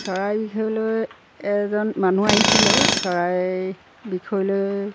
চৰাই বিষয়লৈ এজন মানুহ আহিছিলে চৰাই বিষয়লৈ